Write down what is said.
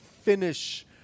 finish